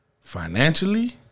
Financially